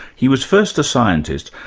he was first a scientist,